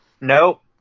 Nope